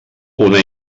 una